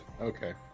Okay